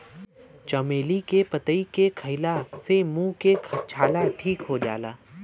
चमेली के पतइ के खईला से मुंह के छाला ठीक हो जाला